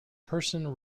person